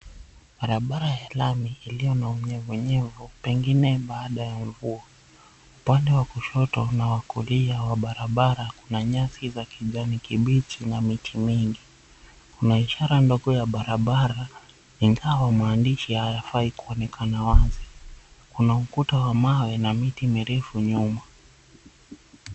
Barabara ya lami, iliyo na unyevunyevu. Pengine baada mvua. Upande wa kushoto na wa kulia wa barabara kuna nyasi za kijani kibichi na miti mingi. Kuna ishara ndogo ya barabara, ingawa maandishi hayakai kuonekana wazi. Kuna ukuta wa mawe na miti mirefu nyuma.